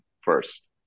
first